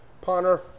punter